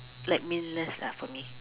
like meaningless lah for me